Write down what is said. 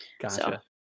Gotcha